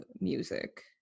music